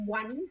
one